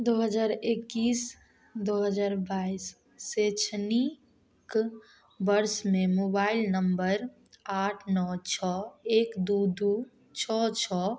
दू हजार एकैस दू हजार बाइस शैक्षणिक वर्षमे मोबाइल नम्बर आठ नओ छओ एक दू दू छओ छओ